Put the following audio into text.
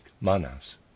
manas